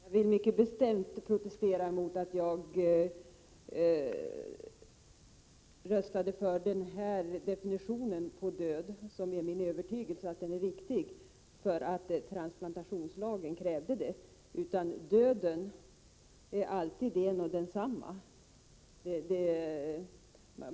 Fru talman! Jag vill mycket bestämt protestera mot att jag skulle ha röstat för den här definitionen på död — som är riktig, enligt min övertygelse — för att transplantationslagen krävde det. Döden är alltid en och densamma.